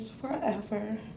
forever